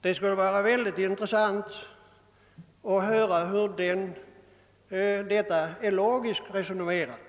Det skulle vara mycket intressant att höra hur det resonemanget kan motiveras rent logiskt.